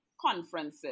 conferences